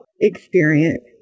experience